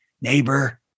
neighbor